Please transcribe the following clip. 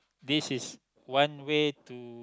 this is one way to